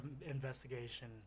investigation